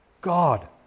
God